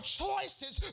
choices